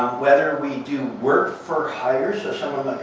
whether we do work for hire so someone